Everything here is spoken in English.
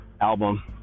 album